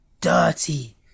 dirty